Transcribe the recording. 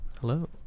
Hello